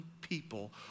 people